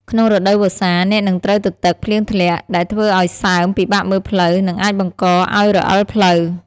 ក្នុងរដូវវស្សា អ្នកនឹងត្រូវទទឹក ភ្លៀងធ្លាក់ ដែលធ្វើឱ្យសើម ពិបាកមើលផ្លូវ និងអាចបង្កឱ្យរអិលផ្លូវ។